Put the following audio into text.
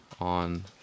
on